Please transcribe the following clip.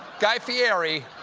guy fieri,